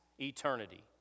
eternity